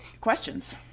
Questions